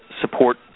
support